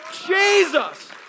Jesus